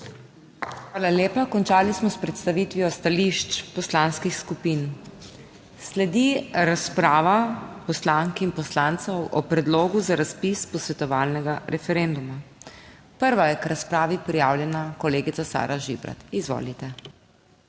Hvala lepa. Končali smo s predstavitvijo stališč poslanskih skupin. Sledi razprava poslank in poslancev o Predlogu za razpis posvetovalnega referenduma. Prva je k razpravi prijavljena kolegica Sara Žibrat. Izvolite.